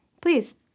Please